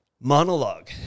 monologue